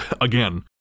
Again